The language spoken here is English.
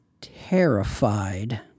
terrified